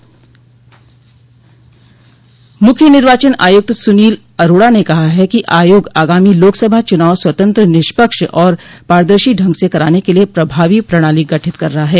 मुख्य निर्वाचन आयुक्त सुनील अरोड़ा ने कहा है कि आयोग आगामी लोकसभा चुनाव स्वतंत्र निष्पक्ष और पारदर्शी ढंग से कराने के लिए प्रभावी प्रणाली गठित कर रहा है